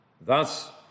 Thus